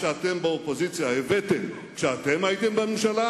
שאתם באופוזיציה הבאתם כשאתם הייתם בממשלה,